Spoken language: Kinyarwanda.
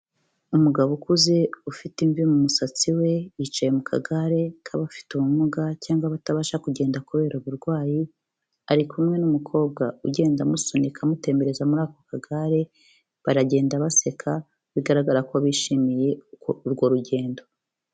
Umugabo ukuze ufite imvi mu musatsi we yicaye mu kagare k'abafite ubumuga cyangwa batabasha kugenda kubera uburwayi, ari kumwe n'umukobwa ugenda amusunika amutembereza muri ako kagare baragenda baseka bigaragara ko bishimiye urwo rugendo.